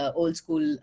old-school